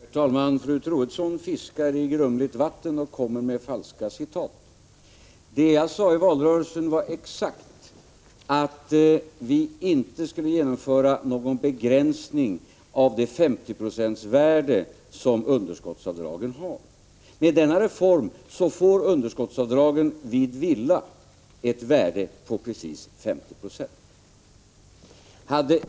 Herr talman! Fru Troedsson fiskar i grumligt vatten och kommer med falska citat. Vad jag sade i valrörelsen var — exakt! — att vi inte skulle genomföra någon begränsning av det 50-procentsvärde som underskottsavdragen har. Med denna reform får underskottsavdragen vid villaägandet ett värde på precis 50 96.